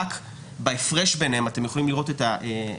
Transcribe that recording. ורק בהפרש ביניהם אתם יכולים לראות את הבעייתיות.